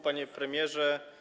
Panie Premierze!